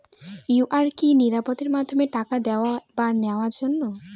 QR কি নিরাপদ মাধ্যম টাকা দেওয়া বা নেওয়ার জন্য?